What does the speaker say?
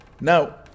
Now